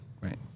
Right